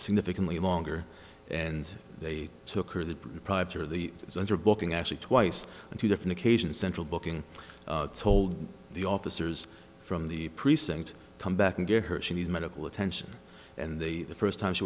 significantly longer and they took her the proprietor of the center booking actually twice in two different occasions central booking told the officers from the precinct come back and get her she needs medical attention and they the first time she